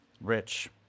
rich